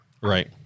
Right